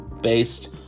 based